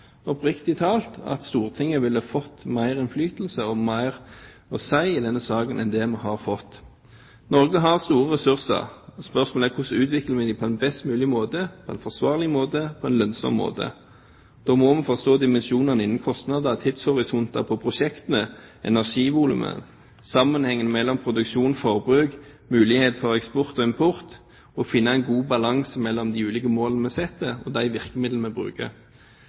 oppriktig talt, at Stortinget ville ha fått mer innflytelse og mer å si i denne saken enn det vi har fått. Norge har store ressurser. Spørsmålet er hvordan vi utvikler dem på en best mulig måte, på en forsvarlig måte og på en lønnsom måte. Da må man forstå dimensjonene på kostnader, tidshorisonter på prosjektene, energivolumet, sammenhengen mellom produksjon og forbruk, muligheter for eksport og import, og man må finne en god balanse mellom de ulike målene vi setter, og de virkemidlene vi bruker.